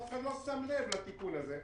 אף אחד לא שם לתיקון הזה.